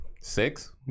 six